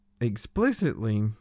explicitly